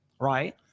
right